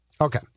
Okay